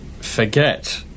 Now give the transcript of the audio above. forget